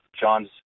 John's